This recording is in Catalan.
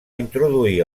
introduir